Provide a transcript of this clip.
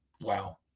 wow